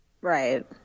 Right